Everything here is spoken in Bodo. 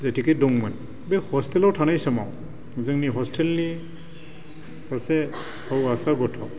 जिहेथुके दंमोन बे हस्टेलाव थानाय समाव जोंनि हस्टेलनि सासे हौवासा गथ'